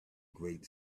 great